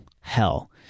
hell